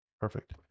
Perfect